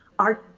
our